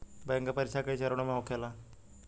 bank के परीक्षा कई चरणों में होखेला